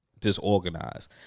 disorganized